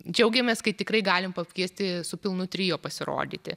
džiaugiamės kai tikrai galim pakviesti su pilnu trio pasirodyti